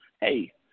Hey